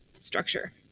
structure